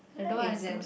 they don't wanna do it